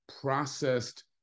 processed